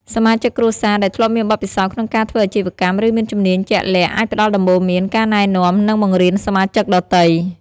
សមាជិកគ្រួសារដែលធ្លាប់មានបទពិសោធន៍ក្នុងការធ្វើអាជីវកម្ម ឬមានជំនាញជាក់លាក់ អាចផ្តល់ដំបូន្មាន ការណែនាំ និងបង្រៀនសមាជិកដទៃ។